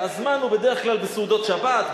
והזמן הוא בדרך כלל בסעודות שבת,